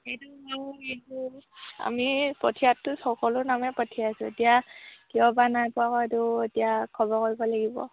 এইটো এইটো আমি পঠিয়াততো সকলো নামে পঠিয়াইছোঁ এতিয়া কিয়বা নাই পোৱা আকৌ এইটো এতিয়া খবৰ কৰিব লাগিব